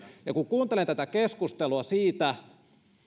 kun kuuntelen tätä keskustelua siitä